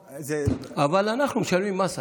אבל אנחנו משלמים מס.